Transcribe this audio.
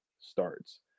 starts